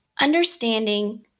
Understanding